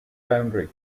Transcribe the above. boundary